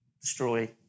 destroy